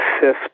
fifth